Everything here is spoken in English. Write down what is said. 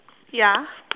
ya